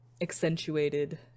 accentuated